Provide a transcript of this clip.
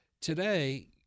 Today